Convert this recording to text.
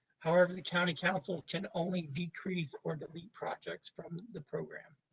however, the county council can only decrease or delete projects from the program.